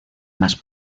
más